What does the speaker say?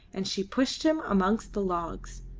and she pushed him amongst the logs.